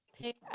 pick